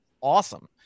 awesome